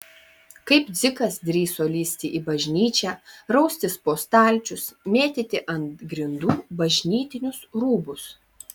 kaip dzikas drįso lįsti į bažnyčią raustis po stalčius mėtyti ant grindų bažnytinius rūbus